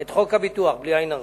את חוק הביטוח, בלי עין רעה,